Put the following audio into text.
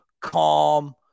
calm